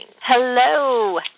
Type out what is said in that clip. Hello